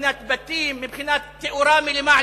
מבחינת בתים, מבחינת תאורה מלמעלה.